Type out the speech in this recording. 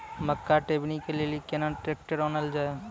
मक्का टेबनी के लेली केना ट्रैक्टर ओनल जाय?